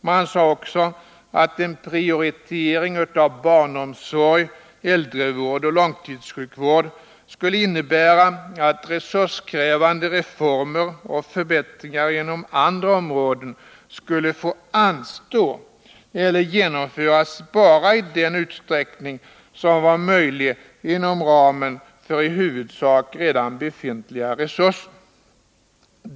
Man sade också att en prioritering av barnomsorg, äldrevård och långtidssjukvård skulle innebära att resurskrä vande reformer och förbättringar inom andra områden skulle få anstå eller genomföras bara i den utsträckning som var möjlig inom ramen för i huvudsak redan befintliga resurser.